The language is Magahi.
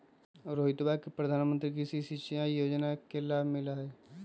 रोहितवा के प्रधानमंत्री कृषि सिंचाई योजना से लाभ मिला हई